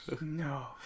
No